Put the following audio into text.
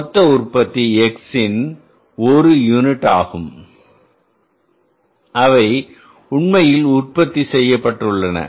மொத்த உற்பத்தி x இன் 1 யூனிட் ஆகும் அவை உண்மையில் உற்பத்தி செய்யப்பட்டுள்ளன